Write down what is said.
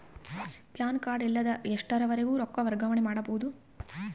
PAN card ಇಲ್ಲದ ಎಷ್ಟರವರೆಗೂ ರೊಕ್ಕ ವರ್ಗಾವಣೆ ಮಾಡಬಹುದು?